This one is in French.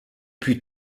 plus